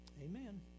Amen